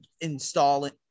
installing